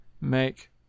make